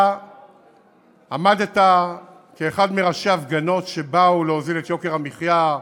אתה עמדת כאחד מראשי ההפגנות שבאו להוזיל את יוקר המחיה,